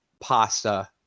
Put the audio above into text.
pasta